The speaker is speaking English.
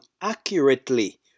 accurately